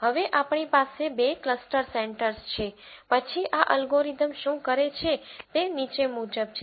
હવે આપણી પાસે બે ક્લસ્ટર સેન્ટર્સ છે પછી આ અલ્ગોરિધમ શું કરે છે તે નીચે મુજબ છે